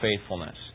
faithfulness